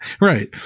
Right